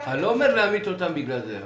אני לא אומר להמית אותם בגלל זה.